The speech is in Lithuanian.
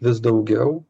vis daugiau